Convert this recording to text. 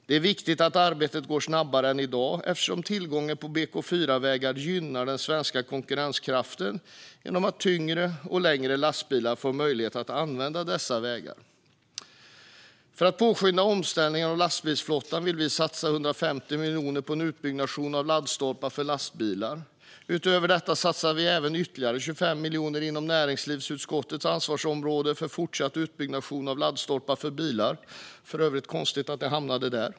Det är viktigt att arbetet går snabbare än i dag, eftersom tillgången till BK4-vägar gynnar den svenska konkurrenskraften genom att tyngre och längre lastbilar får möjlighet att använda dessa vägar. För att påskynda omställningen av lastbilsflottan vill vi satsa 150 miljoner kronor på en utbyggnad av laddstolpar för lastbilar. Utöver detta satsar vi ytterligare 25 miljoner kronor inom näringsutskottets ansvarsområde för en fortsatt utbyggnad av laddstolpar för bilar. Det är för övrigt konstigt att det hamnade där.